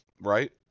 right